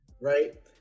Right